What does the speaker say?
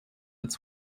its